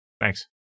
Thanks